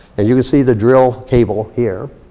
and you can see the drill cable here.